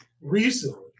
recently